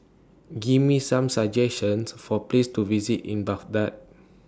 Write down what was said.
Give Me Some suggestions For Places to visit in Baghdad